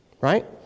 Right